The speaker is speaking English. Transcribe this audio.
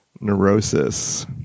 Neurosis